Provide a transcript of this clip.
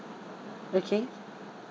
okay